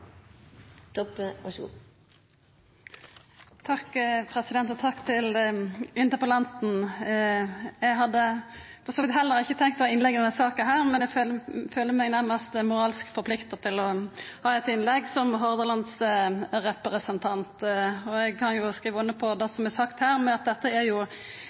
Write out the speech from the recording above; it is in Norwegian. Takk til interpellanten. Eg hadde for så vidt heller ikkje tenkt å ha innlegg i denne saka, men føler meg nærmast moralsk forplikta til å ha eit innlegg som hordalandsrepresentant. Eg kan skriva under på det som er sagt her om at dette er